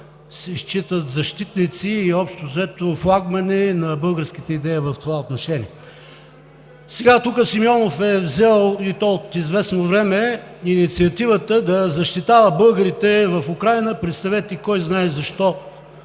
Сега тук Симеонов е взел, и то от известно време, инициативата да защитава българите в Украйна. Представете си, кой знае защо